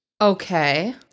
Okay